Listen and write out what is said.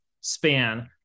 span